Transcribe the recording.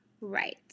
Right